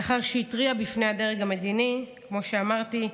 לאחר שהתריע בפני הדרג המדיני, כמו שאמרתי,